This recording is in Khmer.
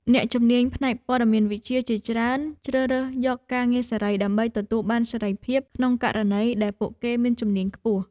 អ្នកជំនាញផ្នែកព័ត៌មានវិទ្យាជាច្រើនជ្រើសរើសយកការងារសេរី ដើម្បីទទួលបានសេរីភាពក្នុងករណីដែលពួកគេមានជំនាញខ្ពស់។